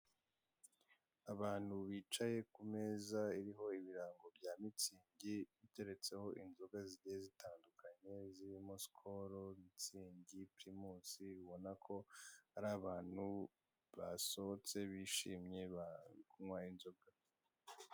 Abantu bicaye ku meza iriho ibirango bya mitsingi iteretseho inzoga zigiye zitandukanye, zirimo sikolo, mitsingi, pirimusi, ubona ko ari abantu basohotse bishimye bari kunywa inzoga.